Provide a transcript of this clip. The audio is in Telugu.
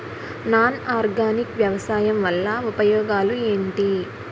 నాన్ ఆర్గానిక్ వ్యవసాయం వల్ల ఉపయోగాలు ఏంటీ?